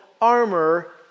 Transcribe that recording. armor